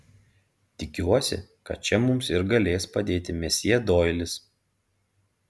tikiuosi kad čia mums ir galės padėti mesjė doilis